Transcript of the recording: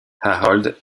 harold